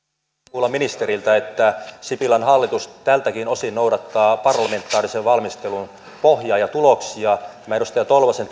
kuulla ministeriltä että sipilän hallitus tältäkin osin noudattaa parlamentaarisen valmistelun pohjaa ja tuloksia tämä edustaja tolvasen